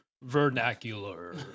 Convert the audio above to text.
Vernacular